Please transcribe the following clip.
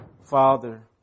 Father